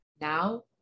Now